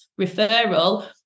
referral